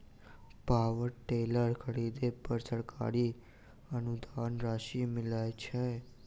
Power tiller खरीदे पर सरकारी अनुदान राशि मिलय छैय?